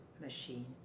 machine